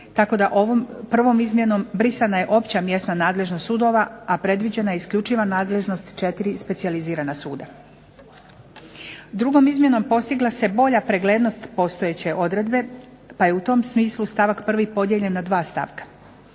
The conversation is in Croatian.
Tako da ovom prvom izmjenom brisana je opća mjesta nadležnost sudova, a predviđena isključiva nadležnost 4 specijalizirana suda. Drugom izmjenom postigla se bolja preglednost postojeće odredbe pa je u tom smislu stavak 1. podijeljen na 2 stavka.